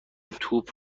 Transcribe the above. توپ